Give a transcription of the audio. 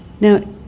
Now